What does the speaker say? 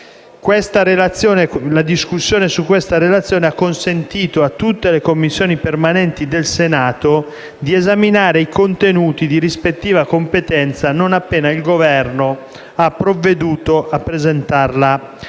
La discussione su questa relazione ha consentito a tutte le Commissioni permanenti del Senato di esaminare i contenuti di rispettiva competenza, non appena il Governo ha provveduto a presentarla